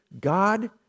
God